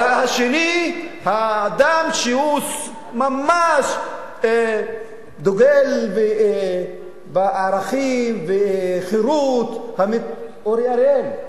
השני, האדם שממש דוגל בערכים וחירות, אורי אריאל.